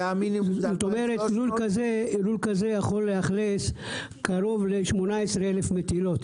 לול כזה יכול לאלכס קרוב ל-18,000 מטילות.